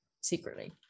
secretly